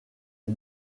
est